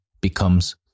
becomes